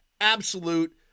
absolute